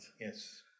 Yes